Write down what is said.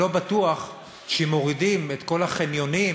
אני לא בטוח שאם מורידים את כל החניונים